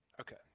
okay